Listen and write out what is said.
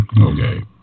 okay